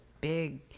big